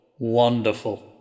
Wonderful